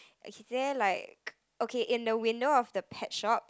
is there like okay in the window of the pet shop